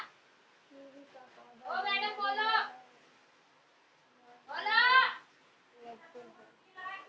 kiwi का पौधा जनवरी माह में लगाते हैं